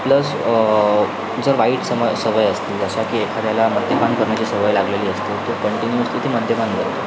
plus जर वाईट समं सवय असतील जशा की एखाद्याला मद्यपान करण्याची सवय लागलेली असते तो कंटिन्यूसली ते मद्यपान करतो